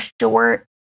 short